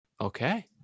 Okay